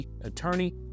attorney